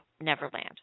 Neverland